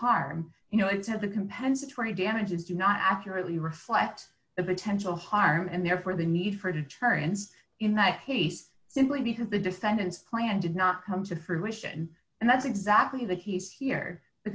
harm you know it to the compensatory damages do not accurately reflect the potential harm and therefore the need for deterrence in that case simply because the defendant's plan did not come to fruition and that's exactly the case here the